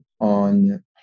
on